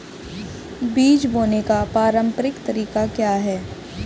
बीज बोने का पारंपरिक तरीका क्या है?